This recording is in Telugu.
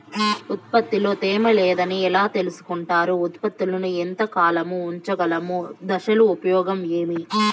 ఉత్పత్తి లో తేమ లేదని ఎలా తెలుసుకొంటారు ఉత్పత్తులను ఎంత కాలము ఉంచగలము దశలు ఉపయోగం ఏమి?